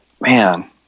man